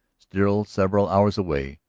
still several hours away,